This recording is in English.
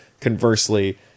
Conversely